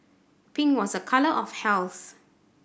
pink was a colour of health